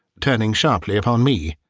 turning sharply upon me.